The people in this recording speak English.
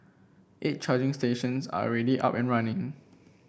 eight charging stations are already up and running